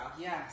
yes